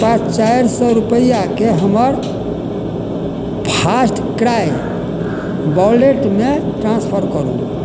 कृपया चारि सए रूपैआके हमर फास्ट क्रय वॉलेटमे ट्रांसफर करू